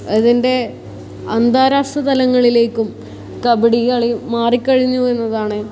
അതിൻ്റെ അന്താരാഷ്ട്ര തലങ്ങളിലേക്കും കബഡികളി മാറിക്കഴിഞ്ഞു എന്നതാണ്